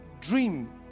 dream